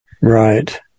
right